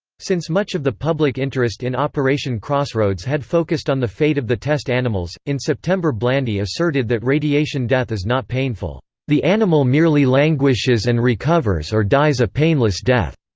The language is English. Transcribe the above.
since much of the public interest in operation crossroads had focused on the fate of the test animals, in september blandy asserted that radiation death is not painful the animal merely languishes and recovers or dies a painless death.